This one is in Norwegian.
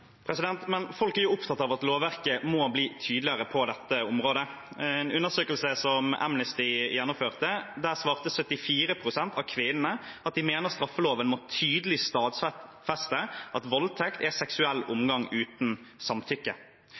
Men folk er jo opptatt av at lovverket må bli tydeligere på dette området. I en undersøkelse som Amnesty gjennomførte, svarte 74 pst. av kvinnene at de mener at straffeloven må tydelig stadfeste at voldtekt er seksuell omgang uten samtykke.